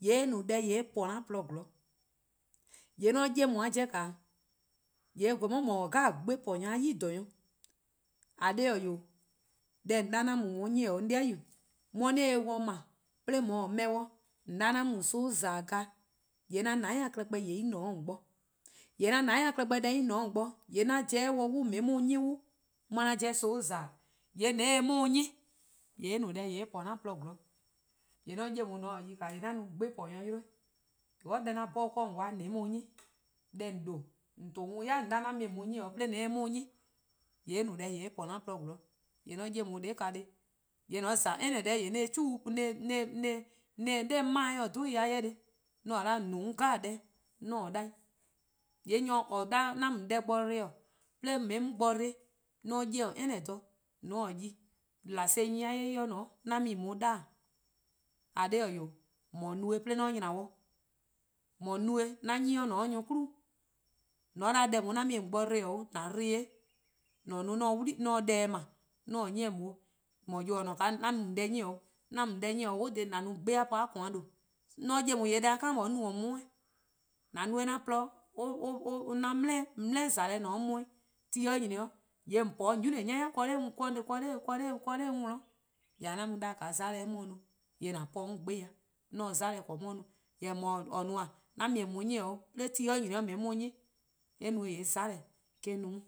:yee' eh no deh eh po 'an :porluh-a 'zorn. :yee' :mor 'on 'ye on-a 'jeh, :yee' eh gweh :mor no sih tmo-nyor+-a nyor-klaba'. :eh :korn dhih-eh 'wee', deh :on 'da 'an mu-eh :on 'nyin'o 'an 'dei'-yu:, :mor 'on se-eh 'ble, 'de :mor :or 'ble-eh 'de :on 'da, 'an mu :on son-' :za-dih :glaa'e', :yee' 'an-a' :dou'+-a klehkpeh en :ne'de :on bo, :yee' deh 'an-a' :dou'+-a klehkpeh en :ne 'de :on bo, :yee' 'an pobo 'de :on bo :on 'ye-eh 'on 'nyi 'on ye 'an jeh son-' :za-dih. :yee' :mor :on se-eh 'on nyi, :yee' eh no de eh po-a :porluh 'zorn, :yee' :mor :on taa 'de yi :yee' 'on 'da sih 'tmo-nyor-a' yi de. or deh 'an 'bhorn-a 'de :on 'kwa :on se-eh 'on 'nyi, deh :on :due' :on to-a worn yai' :on 'da :an mu 'on 'nyi 'o 'de :on se-eh 'on 'nyi, :yee' eh no de h eh po 'an :porluh 'zorn. :yee' :mor 'on 'ye on :dele-ka' :neheh', :yee' :mor :on :za any deh-' :yee' 'on se-eh 'de 'on mind-dih :dhe 'i :neheh', 'on se-a 'o :on no 'on deh 'jeh bo-dih 'on se-a 'o 'da 'i. :yee' nyor :or da-' 'an mu :on deh bo dbo: 'de :on 'ye-eh 'on bo dbo, :mor 'on 'ye-dih :on any dha :mor :on ta 'de yi :mor last nyene :ne 'o 'an mu-ih :on 'da-dih. :eh :korn dhih eh 'wee', :mor no-eh 'de 'on :nya-dih, :mor no-eh 'de 'an 'nyne :ne 'de nyor+ 'nyne bo, :mor :on 'da deh :daa 'an mu-eh :on bo dbo 'o :an dbo-eh, :an no 'on se deh ble 'on 'ye :on 'yi, :mor :yor :or :ne-a 'o 'an mu :on deh 'nyi 'o, 'an mu 'on deh 'nyi 'o whole day :an no sih 'tmo-eh' :koan: :due'. :mor 'on 'ye 'on :yee' deh-a kind :yeh 'on 'ye on :no-dih-eh, :an no-eh 'an :porluh 'an dele', dele'-eh mona :ne 'de 'on 'di 'weh, :mor ti nyni 'o :yee' :on po 'de :nyami'eh: 'nyan 'nyan 'de 'on 'worn, :yee' :ka 'an mu :daa 'de mona 'ye 'on no-eh? :an 'tmo-dih 'on sih-dih, 'on se 'mona :korn 'on 'ye no, 'jorwor: :mor :or no-a 'an mu-eh :on 'nyi 'de :or 'nyi-eh 'on, :yee' 'mona:-a no 'on